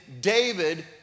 David